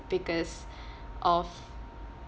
because of